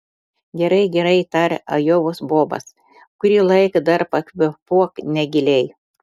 gerai gerai tarė ajovos bobas kurį laiką dar pakvėpuok negiliai